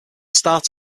start